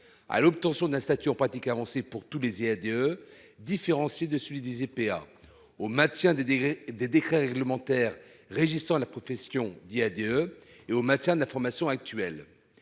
à l'obtention d'un statut en pratique avancée pour tous les IADE différencier de celui disait PA au maintien des décrets des décrets réglementaires régissant la profession dit adieu et au maintien de d'formation actuelle.